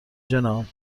جناب